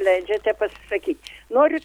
leidžiate pasisakyt noriu